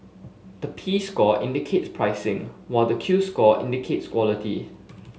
the P score indicates pricing while the Q score indicates quality